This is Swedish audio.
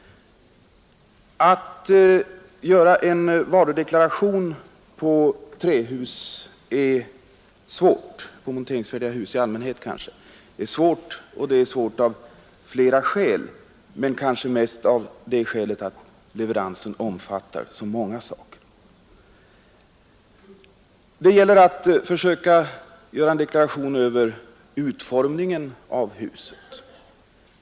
Att göra en varudeklaration på trähus — och på monteringsfärdiga hus i allmänhet — är emellertid svårt därför att leveranserna omfattar så många olika artiklar och moment. Det gäller att försöka göra en deklaration av utformningen av huset.